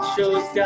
Shows